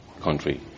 country